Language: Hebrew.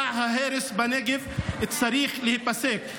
מסע ההרס בנגב צריך להיפסק.